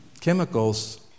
chemicals